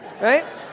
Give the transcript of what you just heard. right